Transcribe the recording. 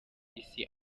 isi